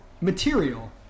material